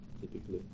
typically